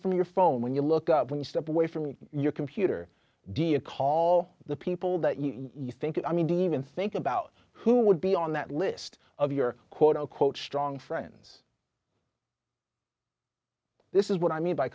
from your phone when you look up when you step away from your computer dia call the people that you think i mean even think about who would be on that list of your quote unquote strong friends this is what i mean by